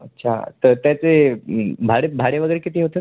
अच्छा तर त्याचे भाडे भाडे वगैरे किती होतं